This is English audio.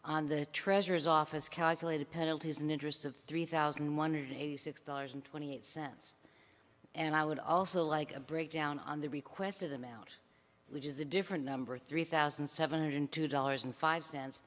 on the treasurer's office calculated penalties in interest of three thousand one hundred eighty six dollars and twenty eight cents and i would also like a breakdown on the requested amount which is a different number three thousand seven hundred two dollars and five cents